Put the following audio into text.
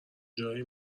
جایی